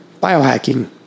Biohacking